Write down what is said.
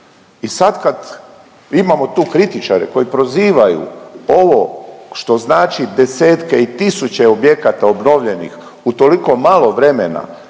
I sad kad imamo tu kritičare koji prozivaju ovo što znači desetke i tisuće objekata obnovljenih u toliko malo vremena